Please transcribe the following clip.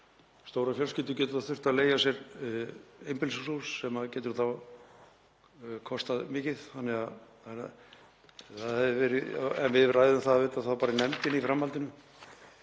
stórar fjölskyldur geta þurft að leigja sér einbýlishús sem getur þá kostað mikið. En við ræðum það þá bara í nefndinni í framhaldinu.